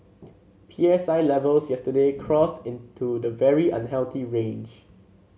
P S I levels yesterday crossed into the very unhealthy range